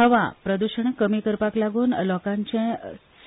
हवा प्रद्शण कमी करपाकलागून लोकांचे